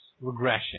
regression